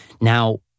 Now